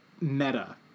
meta